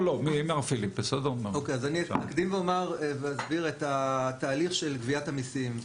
אני אסביר קודם את התהליך של גביית המיסים.